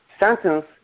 Sentence